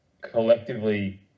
collectively